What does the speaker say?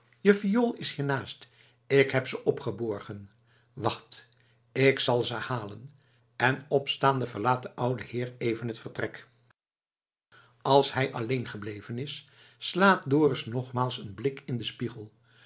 je viool is hiernaast ik heb ze opgeborgen wacht ik zal ze halen en opstaande verlaat de oude heer even het vertrek als hij alleen gebleven is slaat dorus nogmaals een blik in den spiegel